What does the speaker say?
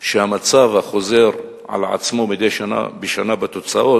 המצב החוזר על עצמו מדי שנה בתוצאות,